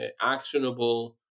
actionable